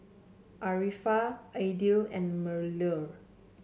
Arifa Aidil and Melur